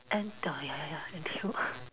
N_T~ ya ya ya N_T_U